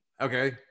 okay